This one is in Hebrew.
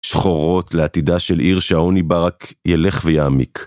שחורות לעתידה של עיר שהעוני בה רק ילך ויעמיק.